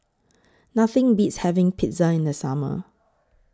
Nothing Beats having Pizza in The Summer